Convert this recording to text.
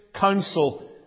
council